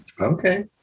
Okay